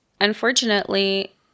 unfortunately